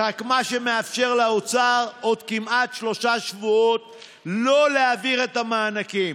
מה שמאפשר לאוצר עוד כמעט שלושה שבועות לא להעביר את המענקים.